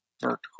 vertical